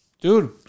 dude